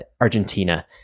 argentina